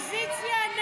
סעיפים 41 43